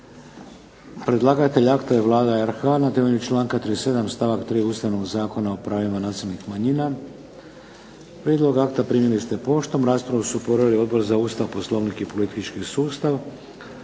Predlagatelj akta je Vlada Republike Hrvatske. Na temelju članka 37. stavak 3. Ustavnog zakona o pravima nacionalnih manjina. Prijedlog akta primili ste poštom. Raspravu su proveli Odbor za Ustav, Poslovnik i politički sustav,